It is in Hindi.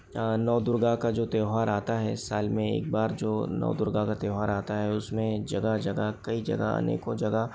नवदुर्गा का जो त्यौहार आता है साल में एक बार जो नवदुर्गा का त्यौहार आता है उस में जगह जगह कई जगह अनेकों जगह